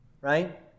Right